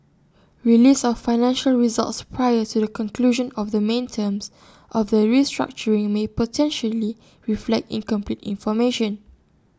release of financial results prior to the conclusion of the main terms of the restructuring may potentially reflect incomplete information